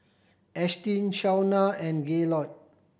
Ashtyn Shauna and Gaylord